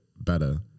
better